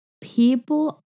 People